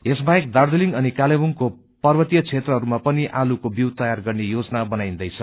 यसबाहेक दार्जीलिङ अनि कालेबुङको पर्वतीय क्षेत्रहरूमा पनि आलुको विऊ तयार गर्ने योजना बनाईन्दैछ